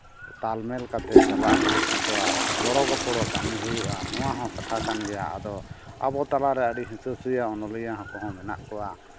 ᱛᱟᱞᱢᱮᱞ ᱠᱟᱛᱮᱫ ᱪᱟᱞᱟᱜ ᱦᱩᱭᱩᱜ ᱛᱟᱠᱚᱣᱟ ᱜᱚᱲᱚᱼᱜᱚᱯᱚᱲᱚ ᱠᱟᱹᱢᱤ ᱦᱩᱭᱩᱜᱼᱟ ᱱᱚᱣᱟᱦᱚᱸ ᱠᱟᱛᱷᱟ ᱠᱟᱱ ᱜᱮᱭᱟ ᱟᱫᱚ ᱟᱵᱚ ᱛᱟᱞᱟᱨᱮ ᱟᱹᱰᱤ ᱦᱤᱸᱥᱟᱹ ᱥᱩᱭᱟᱹ ᱚᱱᱚᱞᱤᱭᱟᱹ ᱠᱚᱦᱚᱸ ᱦᱮᱱᱟᱜ ᱠᱚᱣᱟ